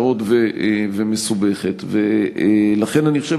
מאוד חשוב שיהיה מלווה או מלוָוה לכל חולה